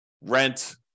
rent